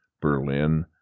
Berlin